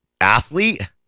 athlete